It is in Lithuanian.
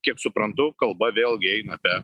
kiek suprantu kalba vėlgi eina apie